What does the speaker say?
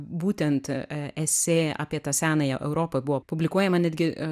būtent e esė apie tą senąją europą buvo publikuojama netgi